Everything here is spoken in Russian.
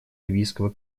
ливийского